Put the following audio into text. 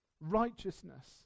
righteousness